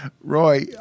Roy